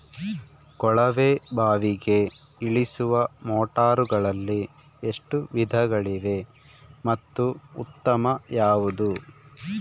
ಕೊಳವೆ ಬಾವಿಗೆ ಇಳಿಸುವ ಮೋಟಾರುಗಳಲ್ಲಿ ಎಷ್ಟು ವಿಧಗಳಿವೆ ಮತ್ತು ಉತ್ತಮ ಯಾವುದು?